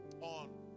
on